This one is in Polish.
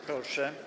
Proszę.